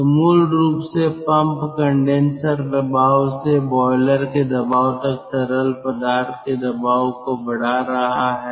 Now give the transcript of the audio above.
तो मूल रूप से पंप कंडेनसर दबाव से बॉयलर के दबाव तक तरल पदार्थ के दबाव को बढ़ा रहा है